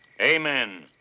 Amen